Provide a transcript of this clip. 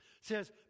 says